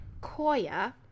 koya